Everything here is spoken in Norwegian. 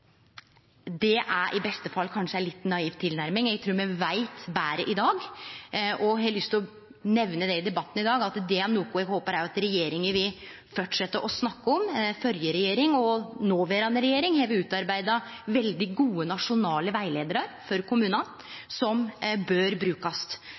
Det er i beste fall kanskje ein litt naiv tilnærming. Eg trur me veit betre i dag, og eg har lyst til å nemne det i debatten i dag, at dette er noko eg håpar at regjeringa vil fortsetje å snakke om. Førre regjering, og nåverande regjering, har utarbeidd veldig gode nasjonale veiledarar for